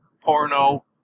porno